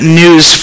news